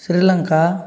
Sri Lanka